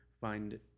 find